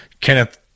Kenneth